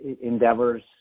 endeavors